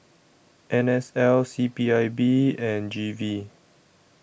N S L C P I B and G V